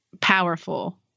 powerful